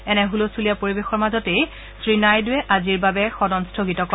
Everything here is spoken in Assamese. এনে ছুলস্থুলীয়া পৰিৱেশৰ মাজতেই শ্ৰী নাইডুৱে আজিৰ বাবে সদন স্থগিত কৰে